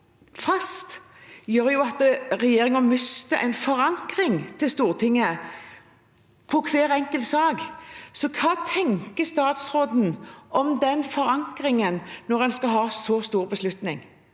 gjør at regjeringen mister forankringen i Stortinget i hver enkelt sak. Hva tenker statsråden om den forankringen når en skal fatte så store beslutninger?